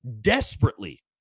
desperately